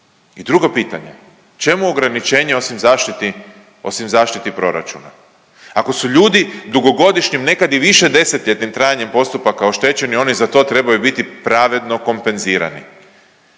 I drugo pitanje, čemu ograničenje osim zaštiti, osim zaštiti proračuna. Ako su ljudi dugogodišnjim nekad i višedesetljetnim trajanjem postupaka oštećeni, oni za to trebaju biti pravedno kompenzirani.